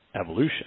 evolution